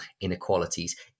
inequalities